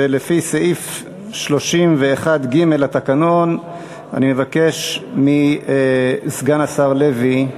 ולפי סעיף 31(ג) לתקנון אני מבקש מסגן השר לוי,